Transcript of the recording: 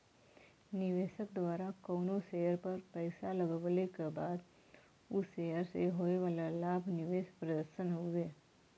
निवेशक द्वारा कउनो शेयर पर पैसा लगवले क बाद उ शेयर से होये वाला लाभ निवेश प्रदर्शन हउवे